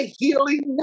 healing